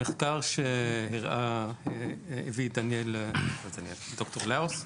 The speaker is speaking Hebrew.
המחקר שהראה ד"ר לאוס,